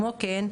כמו כן,